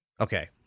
Okay